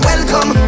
Welcome